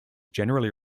generally